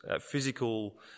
physical